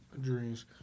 Dreams